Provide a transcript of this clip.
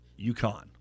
UConn